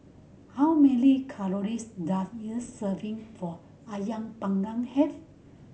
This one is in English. how many calories does a serving of Ayam Panggang have